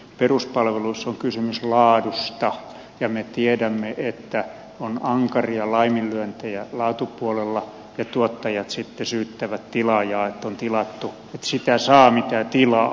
peruspalveluissa on kysymys laadusta ja me tiedämme että on ankaria laiminlyöntejä laatupuolella ja tuottajat sitten syyttävät tilaajaa että on tilattu että sitä saa mitä tilaa